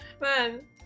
Man